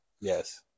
Yes